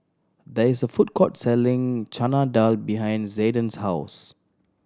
there is a food court selling Chana Dal behind Zayden's house